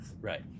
Right